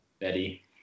Betty